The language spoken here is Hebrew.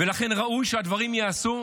לכן ראוי שהדברים ייעשו,